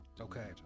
Okay